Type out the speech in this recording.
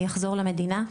יחזור למדינה.